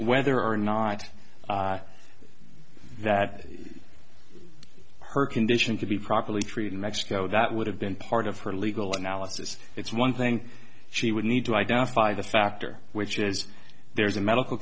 whether or not that her condition to be properly treated in mexico that would have been part of her legal analysis it's one thing she would need to identify the factor which is there's a medical